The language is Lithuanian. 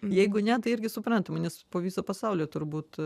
jeigu ne tai irgi suprantama nes po visą pasaulį turbūt